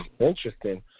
Interesting